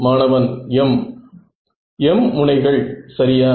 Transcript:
மாணவன் m m முனைகள் சரியா